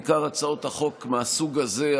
בעיקר הצעות החוק מהסוג הזה,